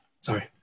sorry